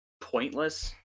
pointless